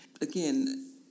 Again